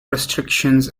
restrictions